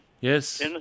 Yes